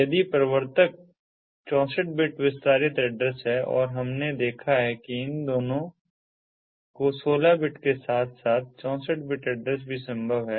यदि प्रवर्तक 64 बिट विस्तारित एड्रेस है और हमने देखा है कि इन दोनों को 16 बिट के साथ साथ 64 बिट एड्रेस भी संभव है